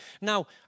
Now